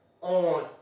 on